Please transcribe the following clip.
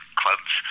clubs